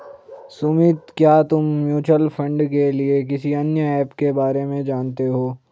सुमित, क्या तुम mutual fund के लिए किसी अन्य ऐप के बारे में जानते हो?